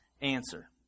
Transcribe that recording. answer